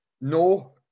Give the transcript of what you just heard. no